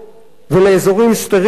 ולאזורים סטריליים,